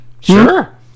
Sure